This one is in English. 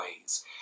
ways